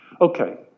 Okay